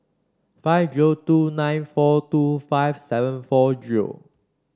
five zero two nine four two five seven four zero